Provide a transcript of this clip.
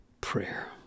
prayer